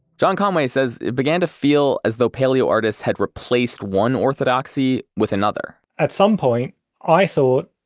john conway says it began to feel as though paleoartists had replaced one orthodoxy with another at some point i thought,